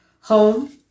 home